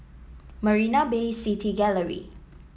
Marina Bay City Gallery